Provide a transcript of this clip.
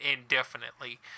indefinitely